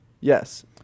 Yes